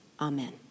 amen